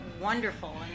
wonderful